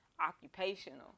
Occupational